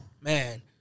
Man